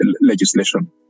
legislation